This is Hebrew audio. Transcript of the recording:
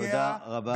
תודה רבה,